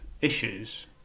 issues